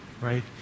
right